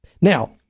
Now